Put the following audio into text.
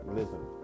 listen